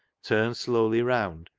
turned slowly round,